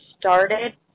started